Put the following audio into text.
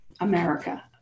America